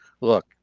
look